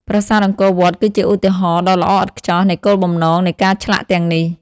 ប្រាសាទអង្គរវត្តគឺជាឧទាហរណ៍ដ៏ល្អឥតខ្ចោះនៃគោលបំណងនៃការឆ្លាក់ទាំងនេះ។